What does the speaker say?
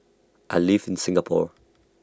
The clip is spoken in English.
I live in Singapore